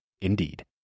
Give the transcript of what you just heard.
Indeed